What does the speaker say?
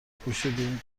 پوشیدی